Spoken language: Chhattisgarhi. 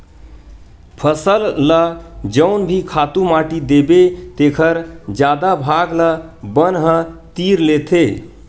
फसल ल जउन भी खातू माटी देबे तेखर जादा भाग ल बन ह तीर लेथे